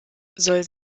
soll